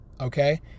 Okay